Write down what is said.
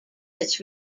its